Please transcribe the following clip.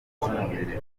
z’umubiri